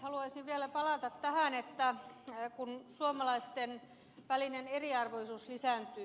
haluaisin vielä palata tähän että suomalaisten välinen eriarvoisuus lisääntyy